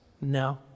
No